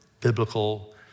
biblical